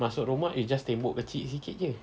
masuk rumah is just tembok kecil sikit jer